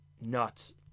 nuts